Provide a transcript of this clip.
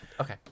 Okay